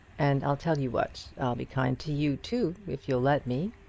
and i'll tell you what, i'll be kind to you too, if you'll let me.